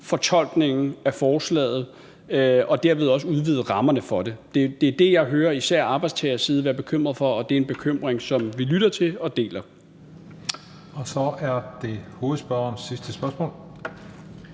fortolkningen af forslaget og derved også udvide rammerne for det. Det er det, jeg hører især arbejdstagersiden være bekymret for, og det er en bekymring, som vi lytter til og deler. Kl. 17:22 Den fg. formand (Christian